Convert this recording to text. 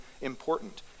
important